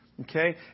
Okay